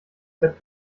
bett